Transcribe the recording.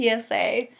PSA